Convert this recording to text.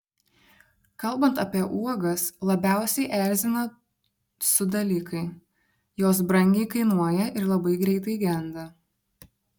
kalbant apie uogas labiausiai erzina su dalykai jos brangiai kainuoja ir labai greitai genda